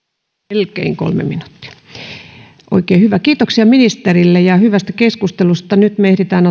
melkein kolme minuuttia oikein hyvä kiitoksia ministerille ja hyvästä keskustelusta nyt me ehdimme